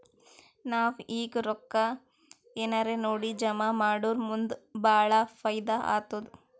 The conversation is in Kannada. ನಾವ್ ಈಗ್ ರೊಕ್ಕಾ ಎಲ್ಲಾರೇ ನೋಡಿ ಜಮಾ ಮಾಡುರ್ ಮುಂದ್ ಭಾಳ ಫೈದಾ ಆತ್ತುದ್